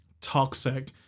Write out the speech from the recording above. toxic